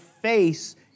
face